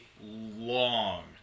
long